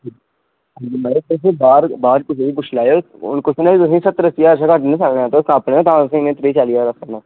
माराज तुस बाहर बाहर कुसा गी बी पुच्छी लैओ कुसै नै बी तुसेंगी सत्तर अस्सी ज्हार शा घट्ट नी सनाना ऐ तुस अपने ओ तां तुसेंगी मी त्रीह् चाली ज्हार आक्खा ना